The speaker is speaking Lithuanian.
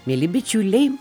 mieli bičiuliai